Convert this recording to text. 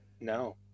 No